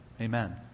Amen